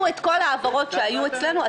את כל ההעברות שהיו אצלנו כאילו הוגשו שוב,